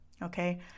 Okay